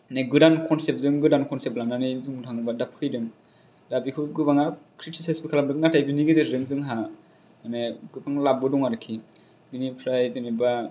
गोदान खनसेबजों गोदान खनसेब खालामनानै बुंनो थाङोब्ला दा फैदों दा बेखौ गोबांआ कृथिसाइस बो खालामदों नाथाय बेनि गेजेरजों जोंहा माने गोबां लाबबो दं आरखि बिनिफ्राय जेन'बा